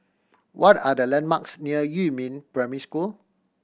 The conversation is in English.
what are the landmarks near Yumin Primary School